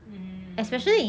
mm